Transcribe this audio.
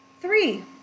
three